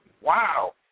wow